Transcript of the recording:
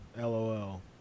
LOL